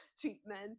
treatment